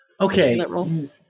Okay